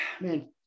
man